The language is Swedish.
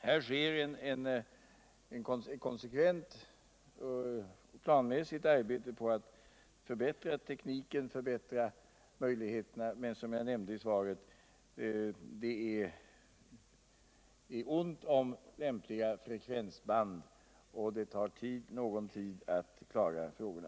Här sker ett planmiässigt arbete på att förbättra tekniken och mottagningsmöjligheterna, men som jag nämnde i svaret är det ont om lämpliga frekvensband. och det tar någon tid att klara frågorna.